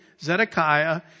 Zedekiah